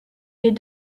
les